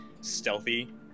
stealthy